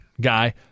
guy